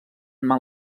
mal